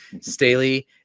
Staley